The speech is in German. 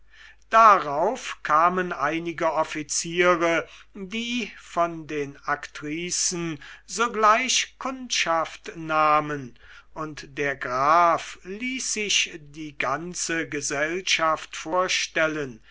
darauf kamen einige offiziere die von den aktricen sogleich kundschaft nahmen und der graf ließ sich die ganze gesellschaft vorstellen